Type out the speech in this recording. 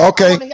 Okay